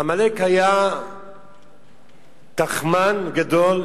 עמלק היה תכמן גדול,